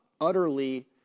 utterly